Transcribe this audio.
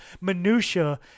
minutiae